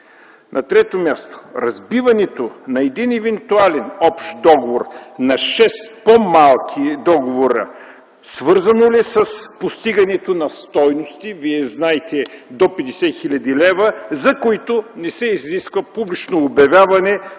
На трето място – разбиването на един евентуален общ договор на шест по-малки договора, свързано ли е с постигането на стойности, Вие знаете, до 50 000 лв., за които не се изисква публично обявяване